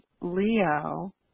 leo